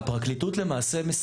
שהפרקליטות למעשה,